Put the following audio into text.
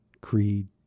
creed